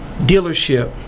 dealership